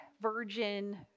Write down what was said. virgin